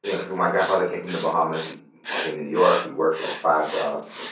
yeah because when my grandfather came from the bahamas, he came to new york. he worked, like, five jobs,